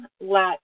let